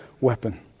weapon